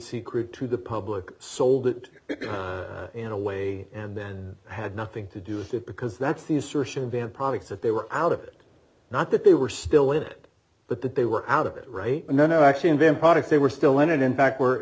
secret to the public sold it in a way and then had nothing to do with it because that's the assertion van products that they were out of it not that they were still it but that they were out of it right and then actually invent products they were still in it in fact were